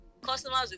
customers